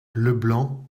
leblanc